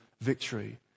victory